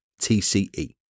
TCE